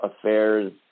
affairs